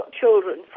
children